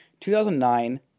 2009